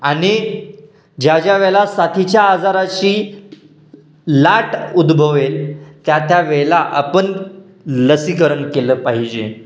आणि ज्या ज्या वेळेला साथीच्या आजाराची लाट उद्भवेल त्या त्या वेळेला आपण लसीकरण केलं पाहिजे